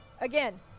again